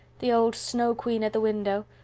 the old snow queen at the window,